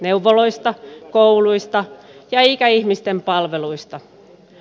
neuvoloista kouluista ja ikäihmisten palveluista